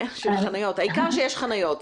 העיקר שיש חניות.